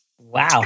Wow